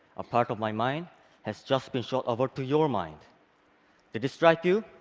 a part of my mind has just been shot over to your mind. did it strike you?